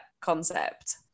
concept